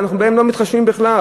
אנחנו בהם לא מתחשבים בכלל.